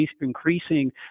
increasing